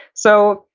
so,